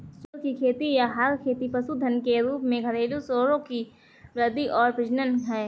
सुअर की खेती या हॉग खेती पशुधन के रूप में घरेलू सूअरों की वृद्धि और प्रजनन है